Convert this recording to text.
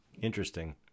Interesting